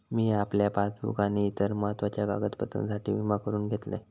मिया आपल्या पासबुक आणि इतर महत्त्वाच्या कागदपत्रांसाठी विमा करून घेतलंय